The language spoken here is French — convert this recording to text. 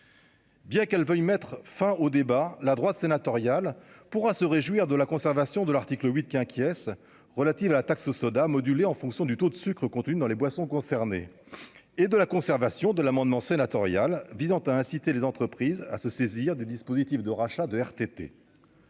Bien qu'elle veuille mettre fin au débat, la droite sénatoriale pourra se réjouir de la conservation de l'article 8 qui acquiesce relatives à la taxe soda modulée en fonction du taux de sucre contenu dans les boissons concernées et de la conservation de l'amendement sénatorial visant à inciter les entreprises à se saisir des dispositifs de rachat de RTT.